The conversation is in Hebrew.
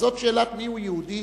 וזאת שאלת מיהו יהודי,